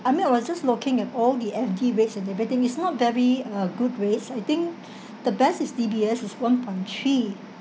I mean I was just looking at all the F_D rates and everything it's not very uh good rates I think the best is D_B_S is one point three